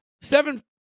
seven